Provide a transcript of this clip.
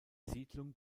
siedlung